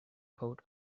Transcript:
coat